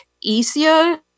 easier